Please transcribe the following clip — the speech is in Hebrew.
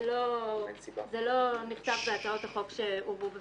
זה לא נכתב בהצעות החוק שהובאו בפנינו.